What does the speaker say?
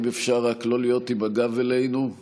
אם אפשר רק לא להיות עם הגב אלינו.